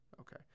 Okay